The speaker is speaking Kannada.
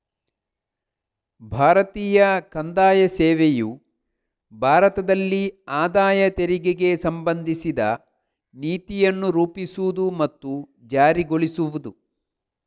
ಭಾರತೀಯ ಕಂದಾಯ ಸೇವೆಯು ಭಾರತದಲ್ಲಿ ಆದಾಯ ತೆರಿಗೆಗೆ ಸಂಬಂಧಿಸಿದ ನೀತಿಯನ್ನು ರೂಪಿಸುವುದು ಮತ್ತು ಜಾರಿಗೊಳಿಸುವುದು